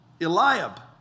Eliab